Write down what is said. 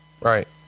Right